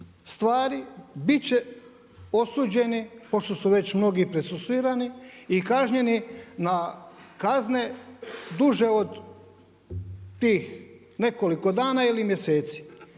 stvari, bit će osuđeni pošto su već mnogi procesuirani i kažnjeni na kazne duže od tih nekoliko dana ili mjeseci.